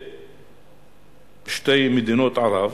22 מדינות ערב,